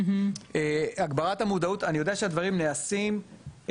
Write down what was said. אני יודע שהדברים נעשים,